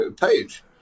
page